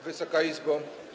Wysoka Izbo!